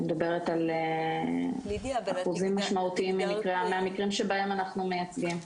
אני מדברת על אחוזים משמעותיים מהמקרים שבהם אנחנו מייצגים.